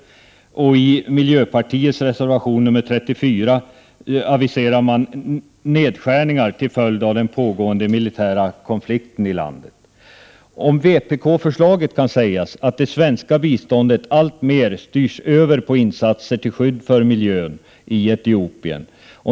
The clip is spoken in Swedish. I miljöpartiets reservation nr 34 aviserar man nedskärningar till följd av den pågående militära konflikten i landet. Om vpk-förslaget kan sägas att det svenska biståndet alltmer styrs över på insatser till skydd för miljön i Etiopien.